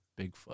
bigfoot